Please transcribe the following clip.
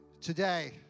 today